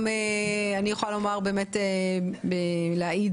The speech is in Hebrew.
גם אני יכולה להעיד